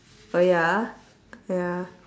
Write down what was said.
oh ya ah ya